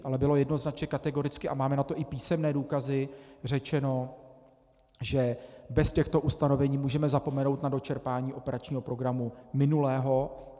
Ale bylo jednoznačně, kategoricky a máme na to i písemné důkazy, řečeno, že bez těchto ustanovení můžeme zapomenout na dočerpání operačního programu minulého.